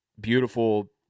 beautiful